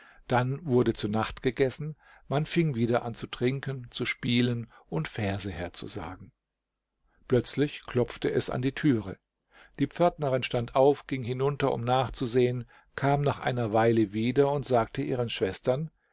dann wurde zu nacht gegessen man fing wieder an zu trinken zu spielen und verse herzusagen plötzlich klopfte es an die türe die pförtnerin stand auf ging hinunter um nachzusehen kam nach einer weile wieder und sagte ihren schwestern